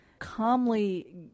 Calmly